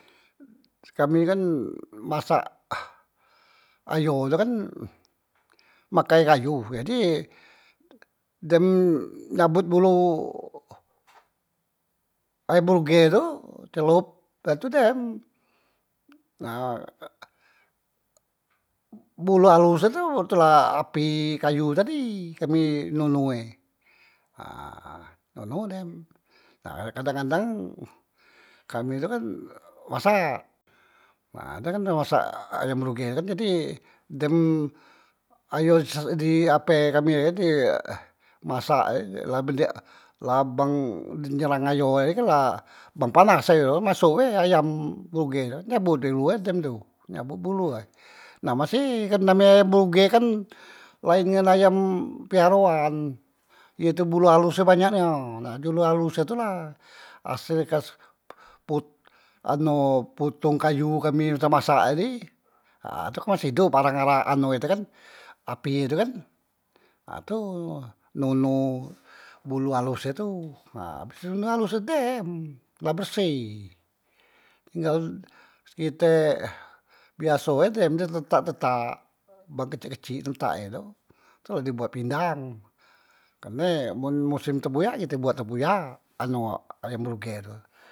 kami kan masak ayo tu kan makai kayu, jadi dem nyabot bulu ayam bruge tu celop dah tu dem, nah bulu alus e tu tu la api kayu tadi kami nunu e, nah nunu dem, nah kadang- kadang kami tu kan masak, nah adang kan masak ayam bruge tu kan jadi dem ayo di se di ape kami tadi kan di masak la bedek la beng dah nyerang ayo tadi kan la bang panas ayo e masok be ayam bruge tu kan, nyabot bulu e dum tu nyabot bulu e, nah masi kan name ayam bruge kan lain dengan ayam piaroan ye tu bulu alus e banyak nia, nah bulu alus e tu la asel kas po potong kayu kami untok masak tadi ha tu kan masih idop arang ara anu e kan api tu kan, ha tu nunu bulu alus e tu, ha bes nunu bulu alus e tu dem la berseh tinggal kite e biaso e di tetak- tetak bang kecik- kecik tentak e tu, tu la di buat pindang man musim tempoyak kite buat tempuyak anu ayam bruge tu.